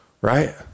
right